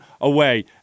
away